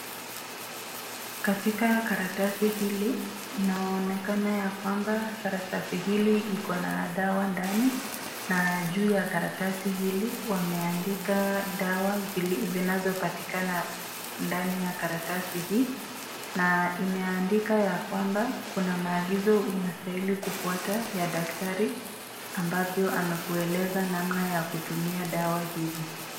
Katika karatasi hili, inaonekana ya kwamba karatasi hili iko na dawa ndani, na juu ya karatasi hili wameandika dawa zinazopatikana ndani ya karatasi hii, na imeandika ya kwamba kuna maagizo unastahili kufuata ya daktari ambavyo amekueleza namna ya kutumia dawa hizi.